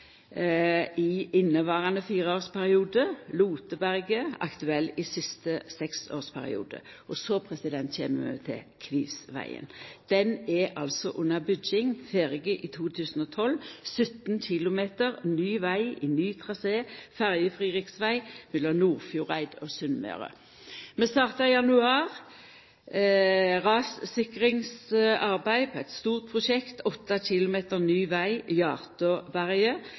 i inneverande fireårsperiode. Loteberget er aktuelt i siste seksårsperiode. Så kjem vi til Kvivsvegen, som altså er under bygging og ferdig i 2012: 17 km ny veg i ny trasé – ferjefri riksveg mellom Nordfjordeid og Sunnmøre. Vi startar i januar rassikringsarbeid på eit stort prosjekt: 8 km ny veg